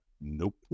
Nope